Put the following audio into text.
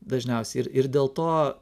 dažniausiai ir ir dėl to